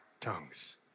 tongues